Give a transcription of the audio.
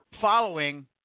following